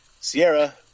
Sierra